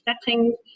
settings